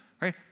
Right